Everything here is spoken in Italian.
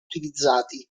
utilizzati